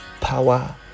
power